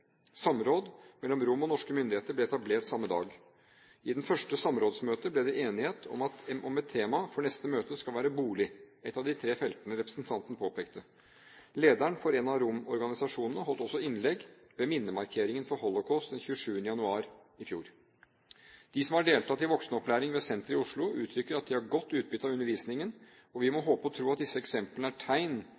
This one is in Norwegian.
Samråd mellom romene og norske myndigheter ble etablert samme dag. I det første samrådsmøtet ble det enighet om at tema for neste møte skal være bolig, ett av de tre feltene representanten påpekte. Lederen for en av romorganisasjonene holdt også innlegg ved minnemarkeringen for Holocaust den 27. januar i fjor. De som har deltatt i voksenopplæring ved senteret i Oslo, uttrykker at de har godt utbytte av undervisningen, og vi må håpe og tro at disse eksemplene er tegn